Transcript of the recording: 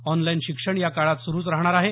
online शिक्षण या काळात सुरु राहणार आहे